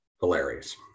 hilarious